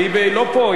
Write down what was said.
והיא לא פה,